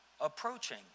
approaching